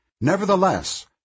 Nevertheless